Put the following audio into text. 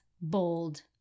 bold